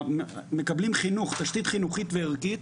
מקבלים תשתית חינוכית וערכית